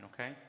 okay